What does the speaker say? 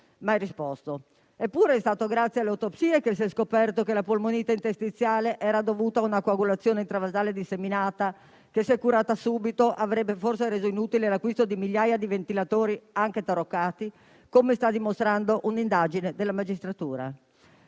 avuto risposta. Eppure è stato grazie alle autopsie che si è scoperto che la polmonite interstiziale era dovuta a una coagulazione intravasale disseminata che, se curata subito, avrebbe forse reso inutile l'acquisto di migliaia di ventilatori anche taroccati come sta dimostrando un'indagine della magistratura;